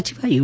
ಸಚಿವ ಯು